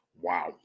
wow